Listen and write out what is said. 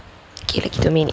okay lagi two minute